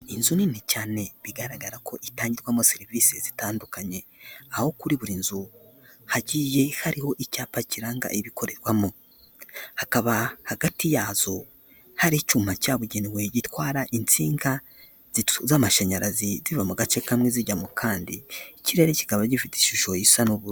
Inzu nini cyane bigaragara ko itangirwamo serivise zitandukanye aho kuri buri nzu hagiye hariho icyapa kiranga ibikorerwamo, hakaba hagati yazo hari icyuma cyabugenewe gitwara insinga z'amashanyarazi ziva mu gace kamwe zijya mu kandi, ikirere kikaba gifite ishusho isa n'ubururu.